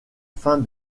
fin